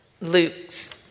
Luke's